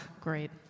Great